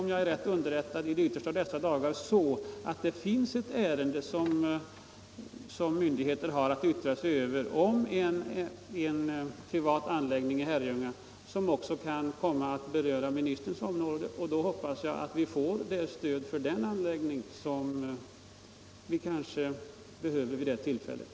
Om jag är rätt underrättad är det dessutom i de yttersta av dessa dagar så, att vederbörande myndigheter just nu har att yttra sig över ett ärende om privat nyetablering i Herrljunga. Denna etablering kan också komma att beröra arbetsmarknadsministerns område, och då hoppas jag att vi vid det tillfället får det stöd för en sådan anläggning som vi kan komma att behöva.